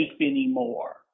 anymore